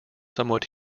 somewhat